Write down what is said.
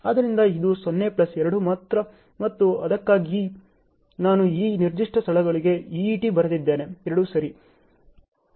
ಆದ್ದರಿಂದ ಇದು 0 ಪ್ಲಸ್ 2 ಮಾತ್ರ ಮತ್ತು ಅದಕ್ಕಾಗಿಯೇ ನಾನು ಈ ನಿರ್ದಿಷ್ಟ ಸ್ಥಳಗಳಿಗೆ EET ಬರೆದಿದ್ದೇನೆ 2 ಸರಿ